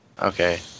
Okay